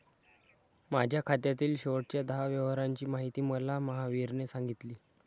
माझ्या खात्यातील शेवटच्या दहा व्यवहारांची माहिती मला महावीरने सांगितली